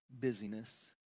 busyness